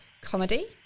Comedy